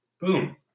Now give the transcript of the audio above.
boom